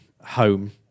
home